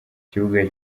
ikibuga